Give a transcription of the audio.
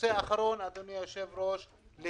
נושא אחרון, אדוני היושב-ראש, הוא